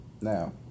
Now